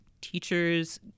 teachers